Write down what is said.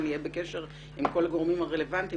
נהיה בקשר עם כל הגורמים הרלוונטיים.